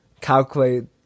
calculate